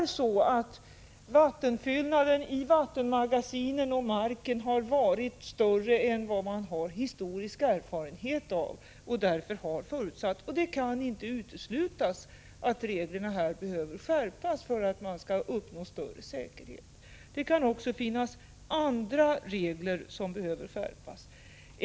Vattenfyllnaden i vattenmagasinen och marken har varit större än vad man har historisk erfarenhet av och därför har förutsatt. Det kan inte uteslutas att reglerna här behöver skärpas för att man skall uppnå större säkerhet. Det kan också finnas andra regler som behöver skärpas.